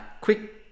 quick